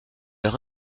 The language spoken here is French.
leur